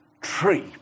tree